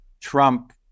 Trump